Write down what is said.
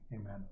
Amen